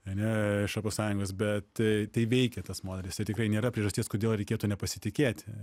ne europos sąjungos bet tai veikia tas modelis tai tikrai nėra priežasties kodėl reikėtų nepasitikėti